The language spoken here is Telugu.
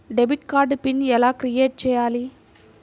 డెబిట్ కార్డు పిన్ ఎలా క్రిఏట్ చెయ్యాలి?